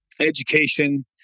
education